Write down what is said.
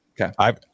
Okay